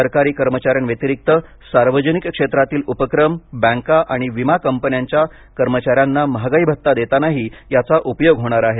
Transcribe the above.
सरकारी कर्मचाऱ्या व्यतिरिक्त सार्वजनिक क्षेत्रातील उपक्रम बँका आणि विमा कंपन्यांच्या कर्मचाऱ्यांना महागाई भत्ता देतानाही याचा उपयोग होणार आहे